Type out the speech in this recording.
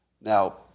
Now